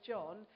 John